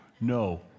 no